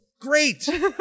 great